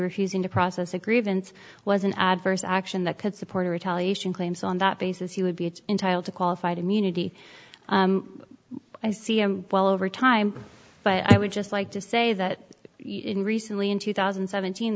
refusing to process a grievance was an adverse action that could support a retaliation claims on that basis he would be a entitle to qualified immunity i see him well over time but i would just like to say that recently in two thousand and seventeen